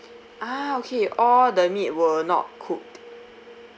ah okay all the meat were not cooked